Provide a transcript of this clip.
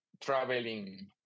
traveling